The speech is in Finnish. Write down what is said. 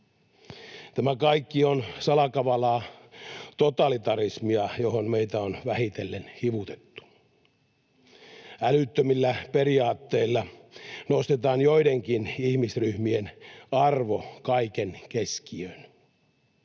Tämä kaikki on salakavalaa totalitarismia, johon meitä on vähitellen hivutettu. Älyttömillä periaatteilla nostetaan joidenkin ihmisryhmien arvo kaiken keskiöön.